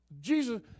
Jesus